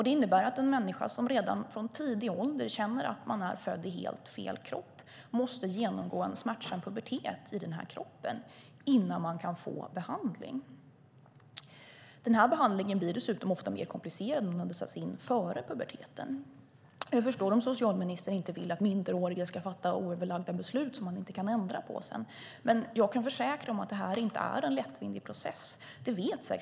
Det innebär att en människa som redan från tidig ålder känner att den är född i fel kropp måste genomgå en smärtsam pubertet i denna kropp innan den kan få behandling. Behandlingen blir dessutom ofta mer komplicerad än om den hade satts in före puberteten. Jag förstår om socialministern inte vill att minderåriga ska fatta oöverlagda beslut som de inte kan ändra sedan. Jag kan dock försäkra att det inte är en lättvindig process.